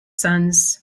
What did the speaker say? sons